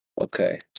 Okay